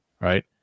right